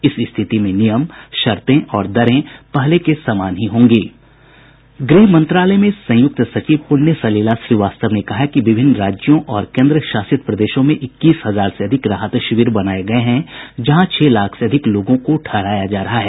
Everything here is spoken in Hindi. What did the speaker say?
इस स्थिति में नियम शर्ते और दरें पहले के समान ही होंगी गृह मंत्रालय में संयुक्त सचिव पुण्य सलिला श्रीवास्तव ने कहा कि विभिन्न राज्यों और केंद्र शासित प्रदेशों में इक्कीस हजार से अधिक राहत शिविर बनाए गए हैं जहां छह लाख से अधिक लोगों को ठहराया जा सकता है